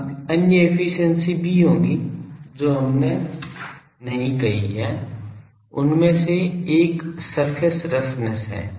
अब अन्य एफिशिएंसी भी होंगी जो हमने नहीं कही हैं उनमें से एक सरफेस रफनेस है